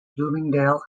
bloomingdale